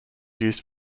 used